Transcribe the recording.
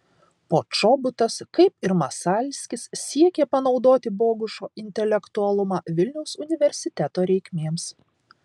počobutas kaip ir masalskis siekė panaudoti bogušo intelektualumą vilniaus universiteto reikmėms